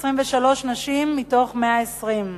23 נשים מתוך 120,